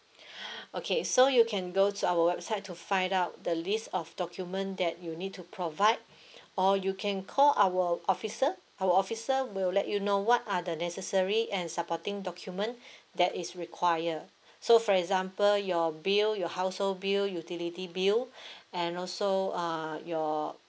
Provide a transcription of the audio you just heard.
okay so you can go to our website to find out the list of document that you need to provide or you can call our officer our officer will let you know what are the necessary and supporting document that is require so for example your bill your household bill utility bill and also uh your